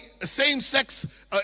same-sex